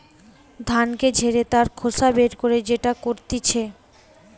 ধানকে ঝেড়ে তার খোসা বের করে যেটা করতিছে